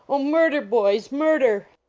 oh, murder, boys! murder!